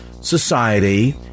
society